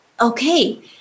okay